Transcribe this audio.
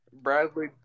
Bradley